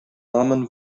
armen